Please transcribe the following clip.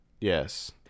Yes